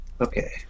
Okay